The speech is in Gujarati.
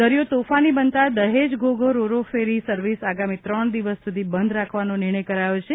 દરિયો તોફાની બનતા Dahej Ghogha ro ro ferry service આગામી ત્રણ દિવસ સુધી બંધ રાખવાનો નિર્ણય કર્યો છે